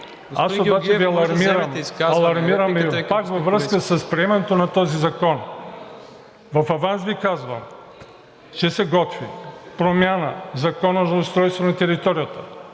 Уважаеми колеги, алармирам Ви пак във връзка с приемането на този закон. В аванс Ви казвам, че се готви промяна в Закона за устройство на територията,